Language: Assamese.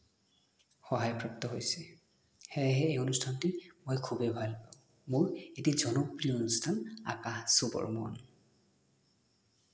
সহায়প্ৰাপ্ত হৈছে সেয়েহে এই অনুষ্ঠানটি মই খুবেই ভাল পাওঁ মোৰ এটি জনপ্ৰিয় অনুষ্ঠান আকাশ চুবৰ মন